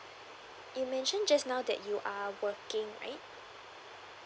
you mention just now that you are working right